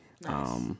Nice